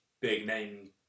big-name